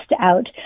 out